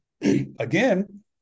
again